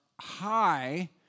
high